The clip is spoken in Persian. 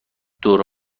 دوره